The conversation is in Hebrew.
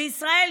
בישראל,